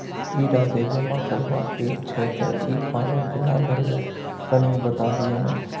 ई राशि जमा करबा के छै त ई फारम केना भरबै, कनी बता दिय न?